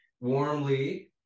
warmly